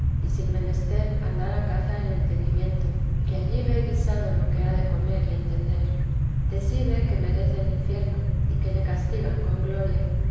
y sin haber menester andar a caza el entendimiento que allí ve guisado lo que ha de comer y entender de sí ve que merece el infierno y que le castigan con gloria